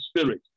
spirit